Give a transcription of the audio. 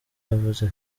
yavuze